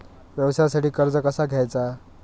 व्यवसायासाठी कर्ज कसा घ्यायचा?